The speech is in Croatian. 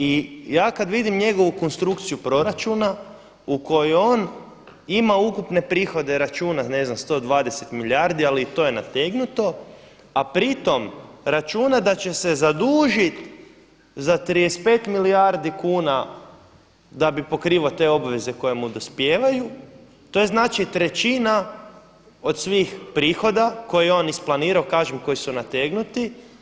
I ja kada vidim njegovu konstrukciju proračuna u kojoj on ima ukupne prihode računa, ne znam 120 milijardi ali to je nategnuto, a pri tom računa da će se zadužiti za 35 milijardi kuna da bi pokrivao te obveze koje mu dospijevaju, to je znači trećina od svih prihoda koje je on isplanirao kažem koji su nategnuti.